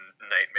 nightmare